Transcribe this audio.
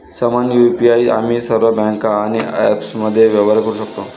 समान यु.पी.आई आम्ही सर्व बँका आणि ॲप्समध्ये व्यवहार करू शकतो